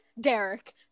Derek